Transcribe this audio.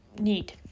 need